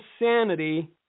insanity